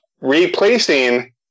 replacing